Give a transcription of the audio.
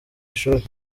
ishuri